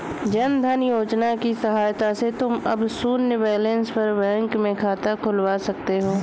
जन धन योजना की सहायता से तुम अब शून्य बैलेंस पर बैंक में खाता खुलवा सकते हो